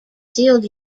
sealed